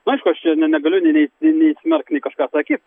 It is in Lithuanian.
na aišku aš čia ne negaliu nei neigti nei smerkt nei kažką sakyt